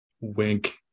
Wink